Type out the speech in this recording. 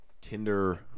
Tinder